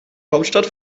hauptstadt